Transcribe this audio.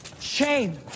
Shame